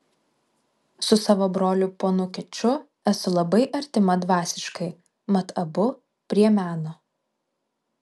su savo broliu ponu kiču esu labai artima dvasiškai mat abu prie meno